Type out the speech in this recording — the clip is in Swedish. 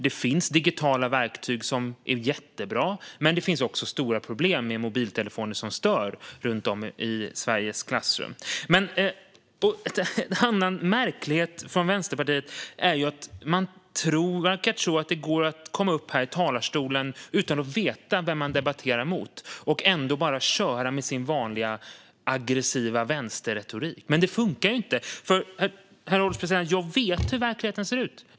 Det finns digitala verktyg som är jättebra, men det finns också stora problem med mobiltelefoner som stör runt om i Sveriges klassrum. En annan märklighet från Vänsterpartiet är att man verkar tro att det går att komma upp i talarstolen här utan att veta vem man debatterar emot och ändå bara köra med sin vanliga aggressiva vänsterretorik. Men det funkar inte, herr ålderspresident, för jag vet hur verkligheten ser ut.